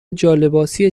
جالباسی